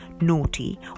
naughty